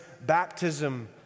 baptism